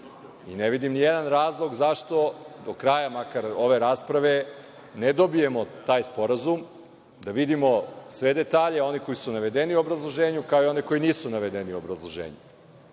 i ne vidim nijedan razlog zašto do kraja makar ove rasprave ne dobijemo taj sporazum, da vidimo sve detalje, one koji su navedeni u obrazloženju, kao i one koji nisu navedeni u obrazloženju.